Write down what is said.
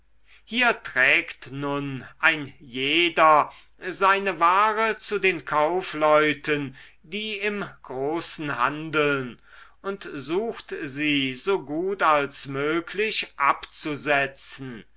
hier trägt nun ein jeder seine ware zu den kaufleuten die im großen handeln und sucht sie so gut als möglich abzusetzen